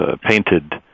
painted